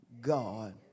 God